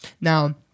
Now